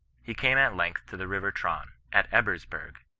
he came at length to the river traun, at ebersberg,